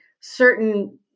certain